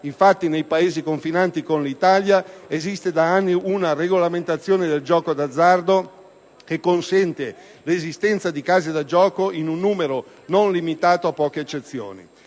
Infatti, nei Paesi confinanti con l'Italia esiste da anni una regolamentazione del gioco d'azzardo che consente l'esistenza di case da gioco in un numero non limitato a poche eccezioni.